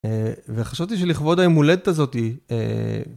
וחשבתי שלכבוד הימולדת הזאתי.